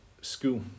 school